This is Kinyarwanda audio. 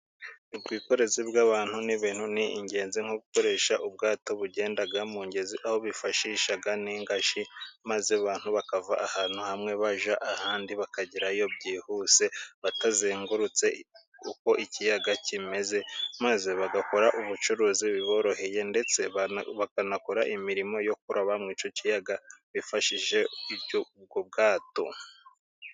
Ubwikorezi bw'abantu n'ibintu ni ingenzi, nko gukoresha ubwato bugenda mu ngezi, aho bifashisha n'ingashi maze abantu bakava ahantu hamwe bajya ahandi, bakagerayo byihuse batazengurutse uko ikiyaga kimeze; maze bagakora ubucuruzi biboroheye ndetse bakanakora imirimo yo kuroba mu icyo kiyaga bifashishije ubwo bwato.